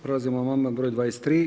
Prelazimo na amandman br. 23.